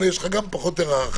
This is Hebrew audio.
יש לך פחות או יותר הערכה,